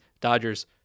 Dodgers